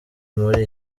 muri